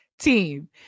team